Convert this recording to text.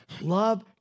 love